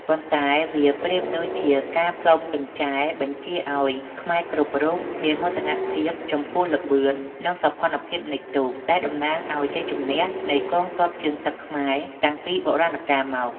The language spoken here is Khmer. ប៉ុន្តែវាប្រៀបដូចជាការផ្លុំកញ្ចែបញ្ជាឱ្យខ្មែរគ្រប់រូបមានមោទនភាពចំពោះល្បឿន និងសោភ័ណភាពនៃទូកង ដែលតំណាងឱ្យជ័យជំនះនៃកងទ័ពជើងទឹកខ្មែរតាំងពីបុរាណកាលមក។